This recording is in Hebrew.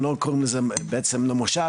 שכבר לא קוראים לזה ככה זה בעצם כבר לא מושב,